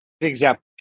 example